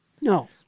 No